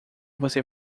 você